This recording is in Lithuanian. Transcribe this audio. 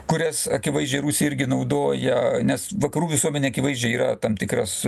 kurias akivaizdžiai rusija irgi naudoja nes vakarų visuomenė akivaizdžiai yra tam tikras